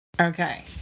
Okay